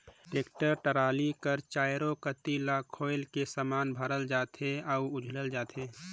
tractor trolley कर चाएरो कती ल खोएल के समान भरल जाथे अउ उझलल जाथे